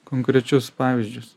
konkrečius pavyzdžius